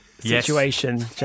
situation